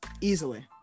Easily